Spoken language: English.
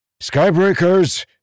Skybreakers